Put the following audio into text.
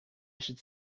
should